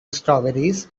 strawberries